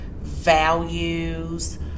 values